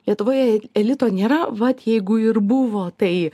lietuvoje elito nėra vat jeigu ir buvo tai